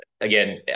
Again